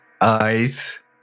eyes